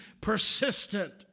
persistent